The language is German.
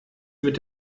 mit